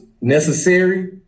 necessary